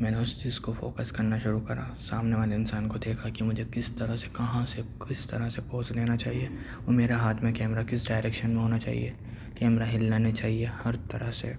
میں نے اُس چیز کو فوکس کرنا شروع کرا سامنے والے انسان کو دیکھا کہ مجھے کس طرح سے کہاں سے کس طرح سے پوز لینا چاہیے اور میرا ہاتھ میں کیمرہ کس ڈائریکشن میں ہونا چاہیے کیمرہ ہلنا نہیں چاہیے ہر طرح سے